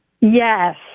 Yes